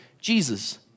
Jesus